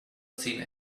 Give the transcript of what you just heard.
seen